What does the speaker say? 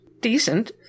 decent